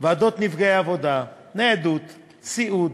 ועדות נפגעי עבודה, ניידות, סיעוד,